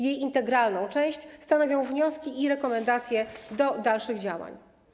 Jej integralną część stanowią wnioski i rekomendacje do dalszych działań.